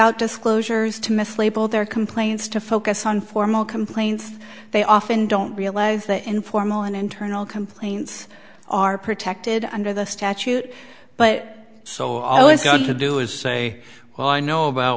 out disclosures to mislabel their complaints to focus on formal complaints they often don't realize the informal and internal complaints are protected under the statute but so always got to do is say well i know about